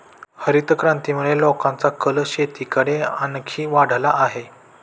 हरितक्रांतीमुळे लोकांचा कल शेतीकडे आणखी वाढला आहे